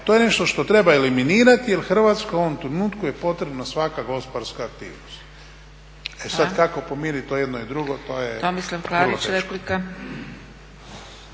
to je nešto što treba eliminirati jer Hrvatskoj u ovom trenutku je potrebna svaka gospodarska aktivnost. E sad, kako pomiriti to jedno i drugo to je vrlo teško.